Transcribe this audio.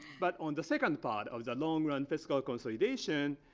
but on the second part of the long-run fiscal consolidation,